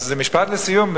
אז משפט לסיום.